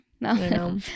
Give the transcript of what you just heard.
no